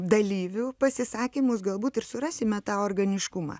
dalyvių pasisakymus galbūt ir surasime tą organiškumą